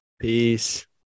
Peace